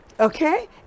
Okay